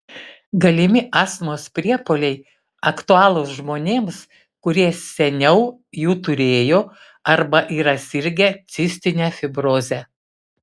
galimi astmos priepuoliai aktualūs žmonėms kurie seniau jų turėjo arba yra sirgę cistine fibroze